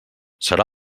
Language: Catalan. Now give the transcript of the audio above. serà